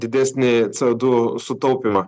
didesnį co du sutaupymą